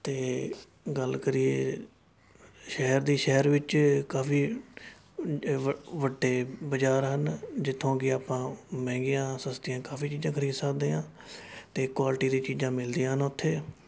ਅਤੇ ਗੱਲ ਕਰੀਏ ਸ਼ਹਿਰ ਦੀ ਸ਼ਹਿਰ ਵਿੱਚ ਕਾਫੀ ਵੱਡੇ ਬਾਜ਼ਾਰ ਹਨ ਜਿੱਥੋਂ ਕਿ ਆਪਾਂ ਮਹਿੰਗੀਆਂ ਸਸਤੀਆਂ ਕਾਫੀ ਚੀਜ਼ਾਂ ਖਰੀਦ ਸਕਦੇ ਹਾਂ ਅਤੇ ਕੁਆਲਿਟੀ ਦੀਆਂ ਚੀਜ਼ਾਂ ਮਿਲਦੀਆਂ ਹਨ ਉੱਥੇ